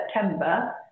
September